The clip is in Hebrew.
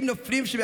20 נופלים,